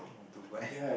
motorbike